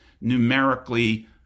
numerically